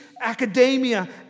academia